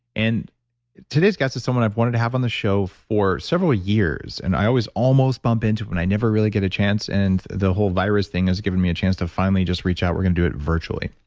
and today's guest is someone i've wanted to have on the show for several years. and i always almost bumped into when i never really get a chance, and the whole virus thing has given me a chance to finally just reach out. we're going to do it virtually.